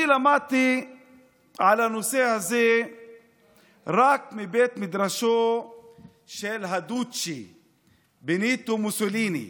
אני למדתי על הנושא הזה רק מבית מדרשו של הדוצ'ה בניטו מוסוליני,